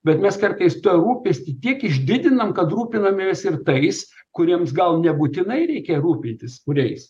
bet mes kartais tą rūpestį tiek išdidinam kad rūpinamės ir tais kuriems gal nebūtinai reikia rūpintis kuriais